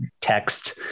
text